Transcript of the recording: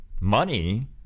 money